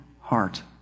heart